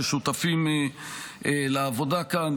ששותפים לעבודה כאן,